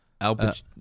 Albert